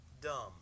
dumb